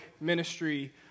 ministry